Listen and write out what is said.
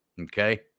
Okay